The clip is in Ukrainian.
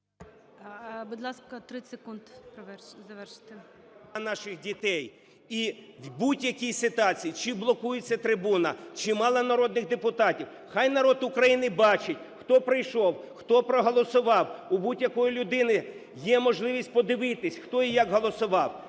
Будь ласка, 30 секунд завершити.